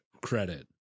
credit